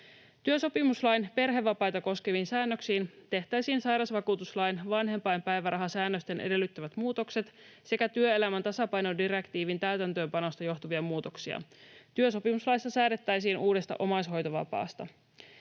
Työsopimuslain perhevapaita koskeviin säännöksiin tehtäisiin sairausvakuutuslain vanhempainpäivärahasäännösten edellyttämät muutokset sekä työelämän tasapaino ‑direktiivin täytäntöönpanosta johtuvia muutoksia. Työsopimuslaissa säädettäisiin uudesta omaishoitovapaasta.